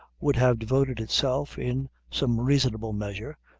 would have devoted itself, in some reasonable measure,